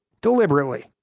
deliberately